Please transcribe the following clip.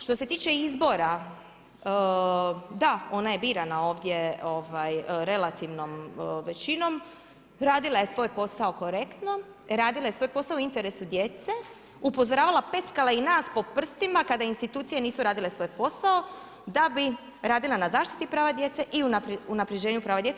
Što se tiče izbora, da ona je birana ovdje relativnom većinom, radila je svoj posao korektno, radila je svoj posao u interesu djece, upozoravala, peckala i nas po prstima kada institucije nisu radile svoj posao da bi radila na zaštiti prava djece i unapređenju prava djece.